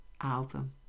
album